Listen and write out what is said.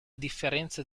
differenza